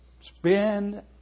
Spend